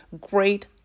great